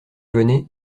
venez